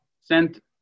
sent